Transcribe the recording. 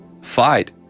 fight